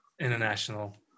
International